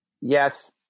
yes